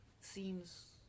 seems